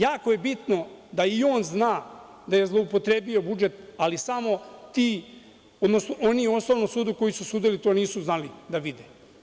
Jako je bitno da i on zna da je zloupotrebio budžet, ali samo oni u osnovnom sudu koji su sudili to nisu znali da vide.